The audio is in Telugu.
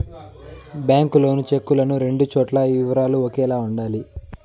బ్యాంకు లోను చెక్కులను రెండు చోట్ల ఈ వివరాలు ఒకేలా ఉండాలి